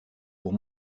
pour